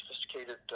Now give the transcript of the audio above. sophisticated